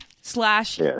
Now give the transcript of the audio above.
slash